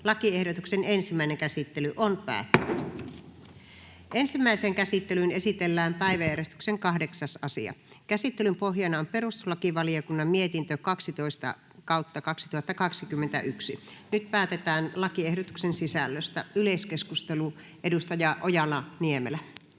annetun lain muuttamisesta Time: N/A Content: Ensimmäiseen käsittelyyn esitellään päiväjärjestyksen 8. asia. Käsittelyn pohjana on perustuslakivaliokunnan mietintö PeVM 12/2021 vp. Nyt päätetään lakiehdotuksen sisällöstä. — Yleiskeskustelu, edustaja Ojala-Niemelä.